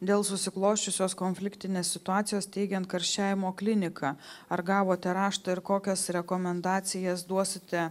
dėl susiklosčiusios konfliktinės situacijos steigiant karščiavimo kliniką ar gavote raštą ir kokias rekomendacijas duosite